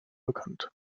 bekannt